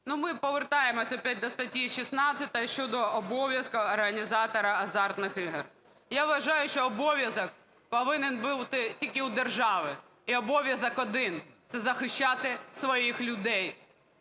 ми повертаємося знову до статті 16 щодо обов'язку організатора азартних ігор. Я вважаю, що обов'язок повинен бути тільки в держави. І обов'язок один – це захищати своїх людей,